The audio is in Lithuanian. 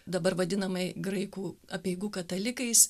dabar vadinamai graikų apeigų katalikais